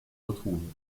retrouvent